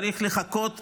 צריך לחכות שנה?